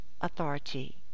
authority